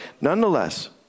nonetheless